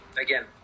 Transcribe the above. Again